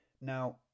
Now